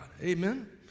Amen